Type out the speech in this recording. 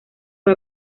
fue